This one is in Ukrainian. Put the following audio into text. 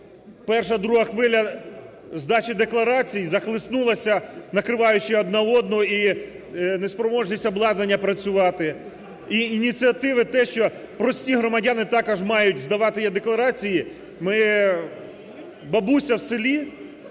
перша, друга хвиля здачі декларацій захлиснулася, накриваючи одна одну, і неспроможність обладнання працювати. І ініціативи, те, що прості громадяни також мають здавати е-декларації, ми… Бабуся в селі